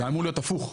זה אמור להיות הפוך,